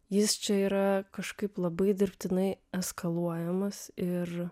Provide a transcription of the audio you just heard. jis čia yra kažkaip labai dirbtinai eskaluojamas ir